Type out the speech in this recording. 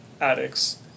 addicts